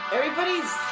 Everybody's